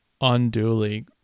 unduly